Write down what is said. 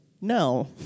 no